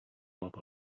mop